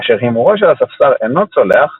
כאשר הימורו של הספסר אינו צולח,